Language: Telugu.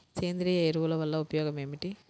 సేంద్రీయ ఎరువుల వల్ల ఉపయోగమేమిటీ?